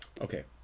okay